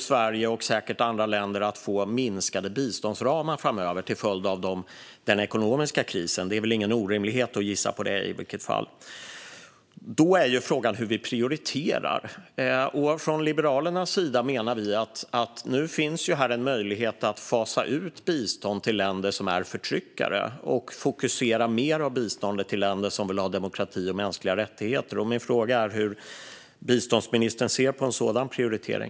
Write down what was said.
Sverige, och säkert andra länder, kommer framöver att få minskade biståndsramar till följd av den ekonomiska krisen; det är väl i vilket fall ingen orimlighet att gissa på det. Då är ju frågan hur vi prioriterar, och från Liberalernas sida menar vi att det nu finns en möjlighet att fasa ut bistånd till länder som är förtryckare och fokusera mer av biståndet till länder som vill ha demokrati och mänskliga rättigheter. Min fråga är hur biståndsministern ser på en sådan prioritering.